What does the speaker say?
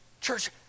Church